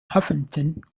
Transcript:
huffington